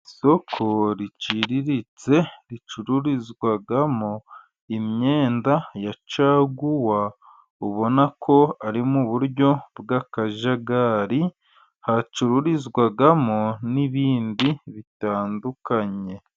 Isoko riciriritse ricururizwamo imyenda ya caguwa, ubona ko ari mu buryo bw'akajagari. Hacururizwamo n'ibindi bitandukanye.